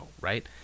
right